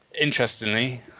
interestingly